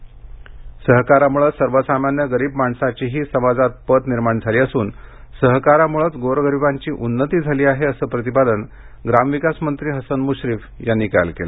सहकार सप्ताह सहकारामुळे सर्वसामान्य गरीब माणसाचीही समाजात पत निर्माण झाली असून सहकारामुळेच गोरगरिबांची उन्नती झाली आहे असं प्रतिपादन ग्रामविकास मंत्री हसन मुश्रीफ यांनी काल केलं